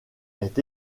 est